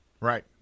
Right